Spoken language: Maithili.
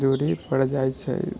दूरी पड़ि जाइ छै